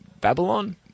Babylon